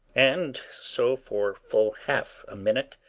and so for full half a minute,